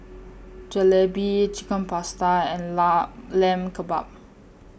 Jalebi Chicken Pasta and La Lamb Kebabs